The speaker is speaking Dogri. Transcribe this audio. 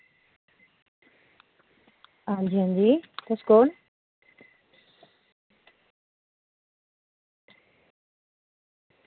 आं जी आं जी तुस कुन्न